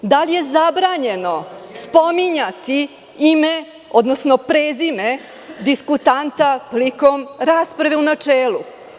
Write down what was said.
Da li zabranjeno spominjati ime, odnosno prezime diskutanta prilikom rasprave u načelu?